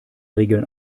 regeln